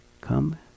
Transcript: come